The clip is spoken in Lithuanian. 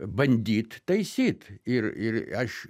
bandyt taisyt ir ir aš